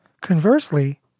Conversely